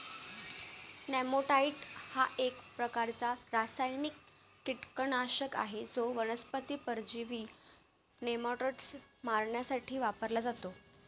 नेमॅटाइड हा एक प्रकारचा रासायनिक कीटकनाशक आहे जो वनस्पती परजीवी नेमाटोड्स मारण्यासाठी वापरला जातो